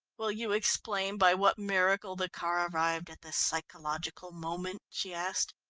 will you explain by what miracle the car arrived at the psychological moment? she asked.